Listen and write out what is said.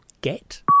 get